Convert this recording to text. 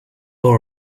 all